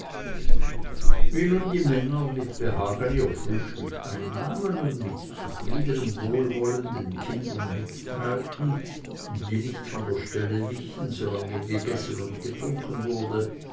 wie nun die männer mit behagen ihr frühstück einnahmen und mit zufriedenem wohlwollen den kindern mitteilten die nicht von der stelle wichen solange gegessen und getrunken wurde